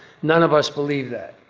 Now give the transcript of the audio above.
none of us believe that.